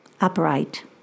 upright